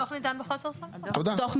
הדוח ניתן בחוסר סמכות.